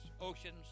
oceans